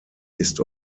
ist